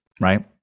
right